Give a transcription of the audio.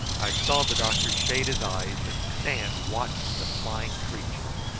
i saw the doctor shade his eyes and stand watching the flying creature.